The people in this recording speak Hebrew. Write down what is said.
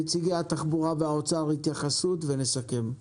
נציגי התחבורה והאוצר, התייחסות ונסכם.